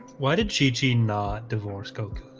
why did chichi not divorce coke